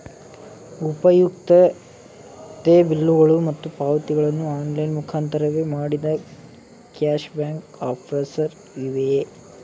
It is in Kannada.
ಉಪಯುಕ್ತತೆ ಬಿಲ್ಲುಗಳು ಮತ್ತು ಪಾವತಿಗಳನ್ನು ಆನ್ಲೈನ್ ಮುಖಾಂತರವೇ ಮಾಡಿದರೆ ಕ್ಯಾಶ್ ಬ್ಯಾಕ್ ಆಫರ್ಸ್ ಇವೆಯೇ?